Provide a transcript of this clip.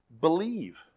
Believe